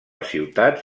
ciutat